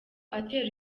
atera